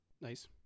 nice